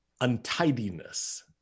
untidiness